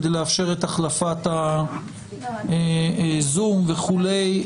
כדי לאפשר את החלפת ה-זום וכולי,